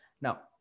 Now